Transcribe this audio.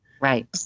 Right